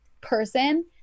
person